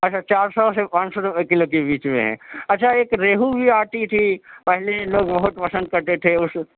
اچھا چار سو سے پانچ سو روپے کیلو کے بیچ میں ہے اچھا ایک ریہو بھی آتی تھی پہلے لوگ بہت پسند کرتے تھے اس